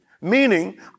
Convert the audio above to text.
Meaning